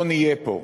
לא נהיה פה.